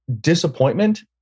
disappointment